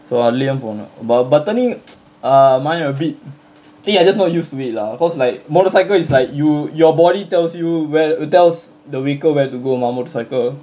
so அதுலயும் போனும்:athulayum ponum but but turning uh mine a bit think I just not used to it lah cause like motorcycle is like you your body tells you where tells the weaker where to go mah motorcycle